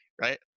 right